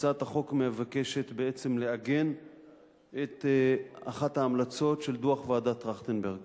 הצעת החוק מבקשת בעצם לעגן את אחת ההמלצות של דוח ועדת-טרכטנברג